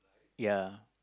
ya